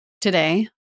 today